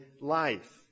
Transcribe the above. life